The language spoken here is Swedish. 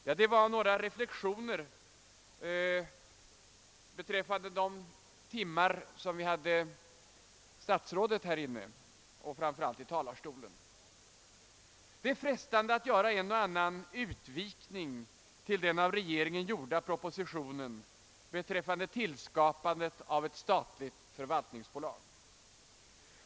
Ja, detta var några reflexioner rörande de timmar då vi hade statsrådet här inne och framför allt i talarstolen. Men det är naturligtvis frestande att göra en och annan utvikning till den av regeringen framlagda propositionen om skapande av ett statligt förvaltningsbolag.